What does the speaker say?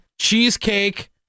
Cheesecake